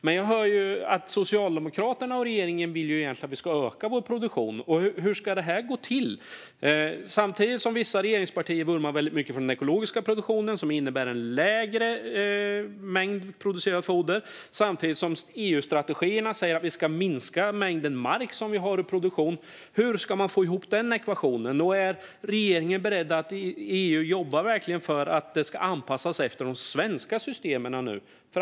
Men jag hör att Socialdemokraterna och regeringen egentligen vill att vi ska öka vår produktion. Hur ska det här gå till? Samtidigt som vissa regeringspartier vurmar väldigt mycket för den ekologiska produktionen, som innebär en mindre mängd producerat foder, säger EU-strategierna att vi ska minska mängden mark som vi har i produktion. Hur ska man få ihop den ekvationen, och är regeringen beredd att verkligen jobba i EU för att detta ska anpassas efter de svenska systemen?